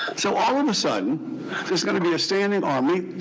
so all of a sudden there's going to be a standing army,